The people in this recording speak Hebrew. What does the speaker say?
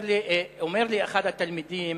אומר לי אחד התלמידים: